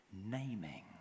naming